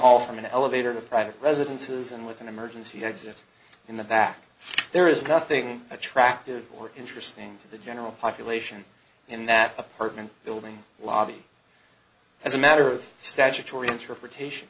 hall from an elevator in a private residences and with an emergency exit in the back there is nothing attractive or interesting to the general population in that apartment building lobby as a matter of statutory interpretation